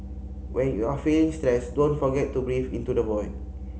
when you are feeling stressed don't forget to breathe into the void